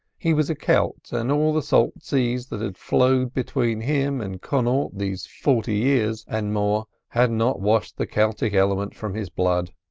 he was a celt, and all the salt seas that had flowed between him and connaught these forty years and more had not washed the celtic element from his blood,